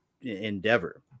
endeavor